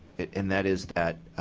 and that is that